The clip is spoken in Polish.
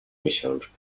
miesiączkę